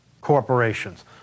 Corporations